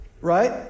Right